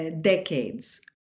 decades